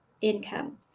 income